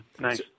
nice